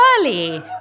early